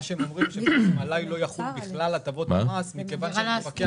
מה שהם אומרים זה שעלי לא יחולו בכלל הטבות המס מכיוון שאני מפקח.